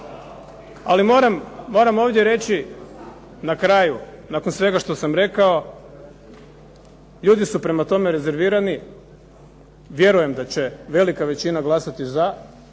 Ali moram ovdje reći na kraju nakon svega što sam rekao, ljudi su prema tome rezervirani. Vjerujem da će velika većina glasati za.